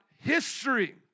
history